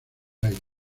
aires